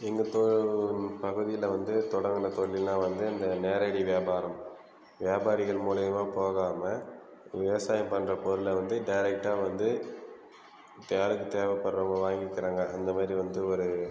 எங்கள் பகுதியில் வந்து தொடங்கின தொழில்னா வந்து இந்த நேரடி வியாபாரம் வியாபாரிகள் மூலிமா போகாமல் விவசாயம் பண்ணுற பொருளை வந்து டேரெக்ட்டாக வந்து டேரெக்ட் தேவைபடுறவங்க வாங்கிக்கிறாங்க அந்த மாதிரி வந்தது ஒரு